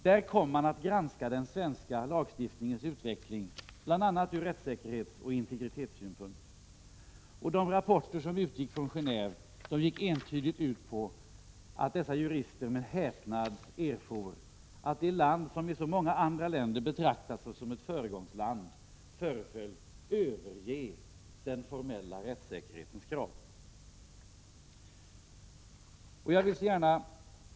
Där kom man att granska den svenska lagstiftningens utveckling, bl.a. ur rättssäkerhetsoch integritetssynpunkt. De rapporter som utgick från Geneve gick entydigt ut på att dessa jurister med häpnad erfor att det land som i så många andra länder betraktats såsom ett föregångsland föreföll överge den formella rättssäkerhetens krav.